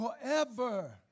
forever